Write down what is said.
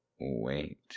wait